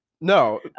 No